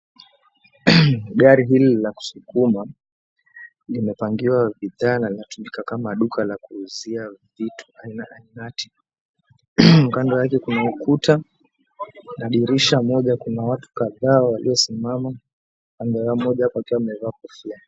Gari hili la kusukuma, limepangiwa bishaa na linatumika kama duka la kuuzia vitu aina ainati. Kando yake kuna ukuta, na dirisha moja. Kuna watu kadhaa waliosimama, kando na mmoja akiwa amevaa kofia.